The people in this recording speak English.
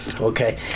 okay